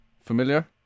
Familiar